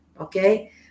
Okay